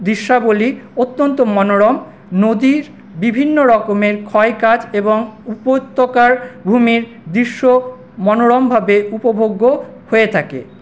দৃশ্যাবলী অত্যন্ত মনোরম নদীর বিভিন্ন রকমের ক্ষয়কাজ এবং উপত্যকার ঘুমের দৃশ্য মনোরমভাবে উপভোগ্য হয়ে থাকে